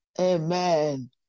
Amen